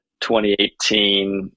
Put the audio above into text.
2018